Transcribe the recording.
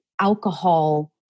alcohol